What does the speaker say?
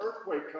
earthquake